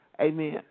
amen